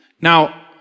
Now